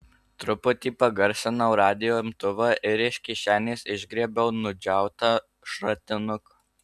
truputį pagarsinau radijo imtuvą ir iš kišenės išgriebiau nudžiautą šratinuką